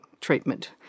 treatment